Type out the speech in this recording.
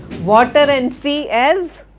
water and sea, as,